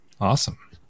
Awesome